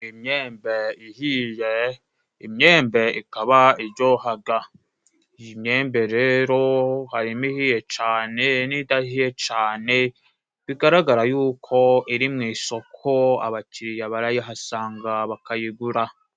Imyembe ihiye, imyembe ikaba iryoha, imyembe rero harimo ihiye cyane n'idahiye cyane, bigaragara yuko iri mu isoko abakiliriya barayihasanga bakayigura.